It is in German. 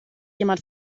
jemand